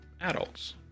adults